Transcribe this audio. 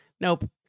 Nope